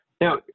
Now